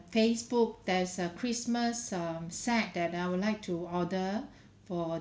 facebook there uh christmas um set that I would like to order for